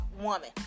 woman